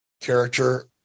character